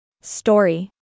Story